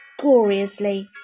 gloriously